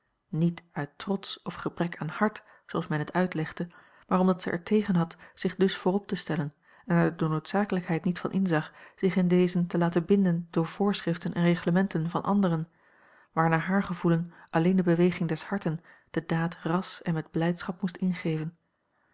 niet uit trots of gebrek aan hart zooals men het uitlegde maar omdat zij er tegen had zich dus voorop te stellen en er de noodzakea l g bosboom-toussaint langs een omweg lijkheid niet van inzag zich in dezen te laten binden door voorschriften en reglementen van anderen waar naar haar gevoelen alleen de beweging des harten de daad ras en met blijdschap moest ingeven